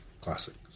classics